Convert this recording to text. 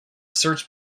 search